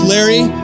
Larry